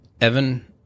Evan